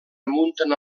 remunten